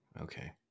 Okay